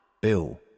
Bill